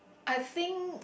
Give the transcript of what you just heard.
I think